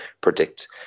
predict